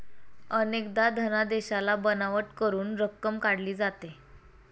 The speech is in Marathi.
अनेकदा धनादेशाला बनावट करून रक्कम काढली जाते